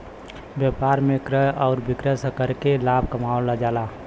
व्यापार में क्रय आउर विक्रय करके लाभ कमावल जाला